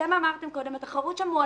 ואתם אמרתם קודם שהתחרות שם מועטה,